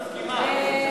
מסכימה.